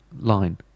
Line